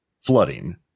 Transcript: flooding